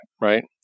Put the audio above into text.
right